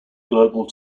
global